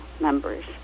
members